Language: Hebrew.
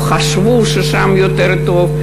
או שחושבים ששם יותר טוב,